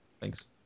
Thanks